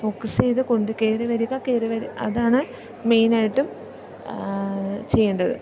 ആ ഫോക്കസ് ചെയ്തു കൊണ്ട് കയറി വരിക കയറി വരും അതാണ് മെയിനായിട്ടും ചെയ്യേണ്ടത്